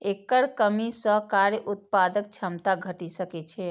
एकर कमी सं कार्य उत्पादक क्षमता घटि सकै छै